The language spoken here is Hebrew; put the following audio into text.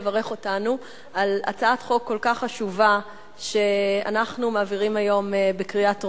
לברך אותנו על הצעת חוק כל כך חשובה שאנחנו מעבירים היום בקריאה טרומית.